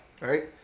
right